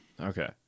okay